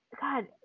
god